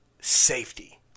safety